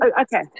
Okay